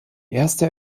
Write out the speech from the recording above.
erste